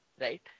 right